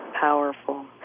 Powerful